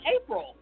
April